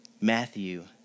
Matthew